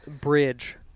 Bridge